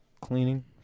Cleaning